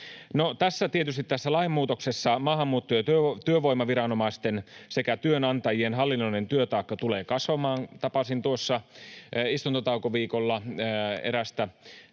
No, tietysti tässä lainmuutoksessa maahanmuutto- ja työvoimaviranomaisten sekä työnantajien hallinnollinen työtaakka tulee kasvamaan. Tapasin tuossa istuntotaukoviikolla erästä